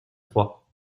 trois